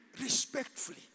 respectfully